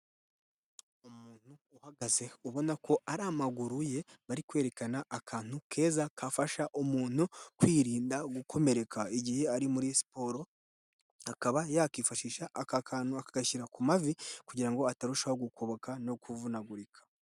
Umuntu uhagaze ubona ko ari amaguru ye, bari kwerekana akantu keza kafasha umuntu kwirinda gukomereka igihe ari muri siporo, akaba yakifashisha aka kantu akagashyira ku mavi, kugira ngo atarushaho gukoboka no kuvunagurika.